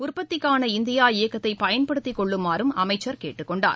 உற்பத்திக்கான இந்தியா இயக்கத்தை பயன்படுத்திக் கொள்ளுமாறும் அமைச்சள் கேட்டுக் கொண்டார்